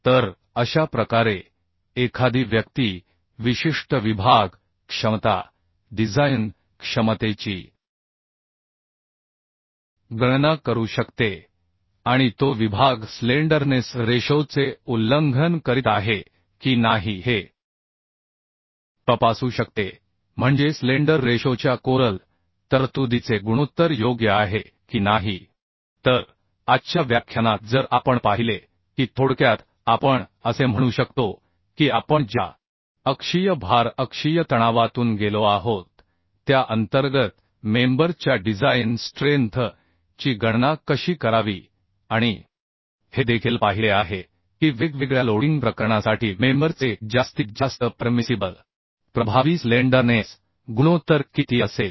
तर अशा प्रकारे एखादी व्यक्ती विशिष्ट विभाग क्षमता डिझाइन क्षमतेची गणना करू शकते आणि तो विभाग स्लेंडरनेस रेशोचे उल्लंघन करीत आहे की नाही हे तपासू शकते म्हणजे स्लेंडर रेशोच्या कोरल तरतुदीचे गुणोत्तर योग्य आहे की नाही तर आजच्या व्याख्यानात जर आपण पाहिले की थोडक्यात आपण असे म्हणू शकतो की आपण ज्या अक्षीय भार अक्षीय तणावातून गेलो आहोत त्या अंतर्गत मेंबर च्या डिझाइन स्ट्रेंथ ची गणना कशी करावी आणि हे देखील पाहिले आहे की वेगवेगळ्या लोडिंग प्रकरणासाठी मेंबर चे जास्तीत जास्त परमिसिबल प्रभावी स्लेंडरनेस गुणोत्तर किती असेल